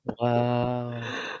Wow